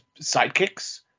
sidekicks